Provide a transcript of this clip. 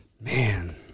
Man